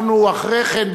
אנחנו אחרי כן,